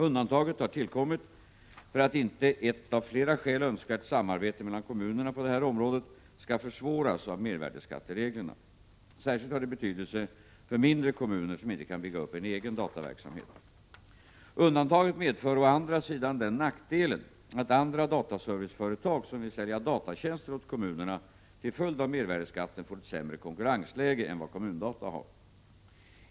Undantaget har tillkommit för att inte ett av flera skäl önskvärt samarbete mellan kommunerna på detta område skall försvåras av mervärdeskattereglerna. Särskilt har detta betydelse för mindre kommuner, som inte kan bygga upp en egen dataverksamhet. Undantaget medför å andra sidan den nackdelen att andra dataserviceföretag, som vill sälja datatjänster åt kommunerna, till följd av mervärdeskatten får ett sämre konkurrensläge än vad Kommun Data AB har.